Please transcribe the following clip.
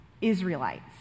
Israelites